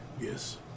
Yes